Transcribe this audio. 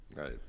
right